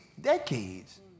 decades